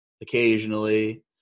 occasionally